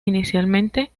inicialmente